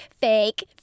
fake